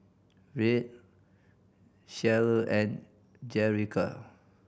Rhett Cherryl and Jerica